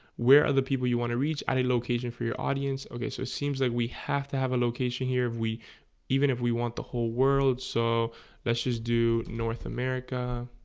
where are the people you want to reach at a location for your audience, okay? so it seems like we have to have a location here if we even if we want the whole world so let's just do north america